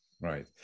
Right